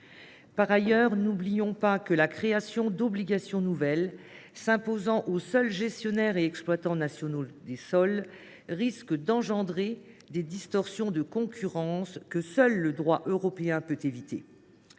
Par ailleurs, n’oublions pas que la création d’obligations nouvelles s’imposant aux seuls gestionnaires et exploitants nationaux des sols risque d’engendrer des distorsions de concurrence que seul le droit européen peut éviter.